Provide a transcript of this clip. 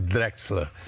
Drexler